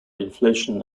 inflation